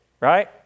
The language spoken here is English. right